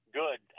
good